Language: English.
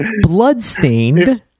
Bloodstained